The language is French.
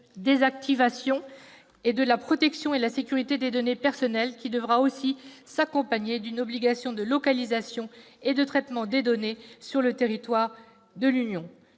la désactivation. La protection et la sécurité des données personnelles devront aussi s'accompagner d'une obligation de localisation et de traitement des données sur le territoire de l'Union.